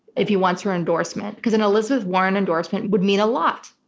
if he wants her endorsement. because an elizabeth warren endorsement would mean a lot.